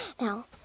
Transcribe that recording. Now